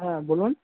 হ্যাঁ বলুন